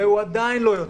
והוא עדיין לא יוצא.